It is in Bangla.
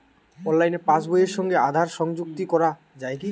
অনলাইনে পাশ বইয়ের সঙ্গে আধার সংযুক্তি করা যায় কি?